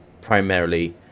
primarily